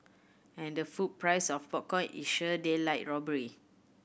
and the food price of popcorn is sheer daylight robbery